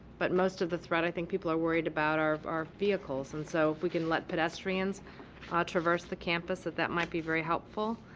but most of the threat i think people are worried about are are vehicles, and so if we can let pedestrians ah traverse the campuses that might be very helpful.